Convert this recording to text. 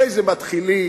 איזה מתחילים,